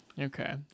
Okay